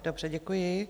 Dobře, děkuji.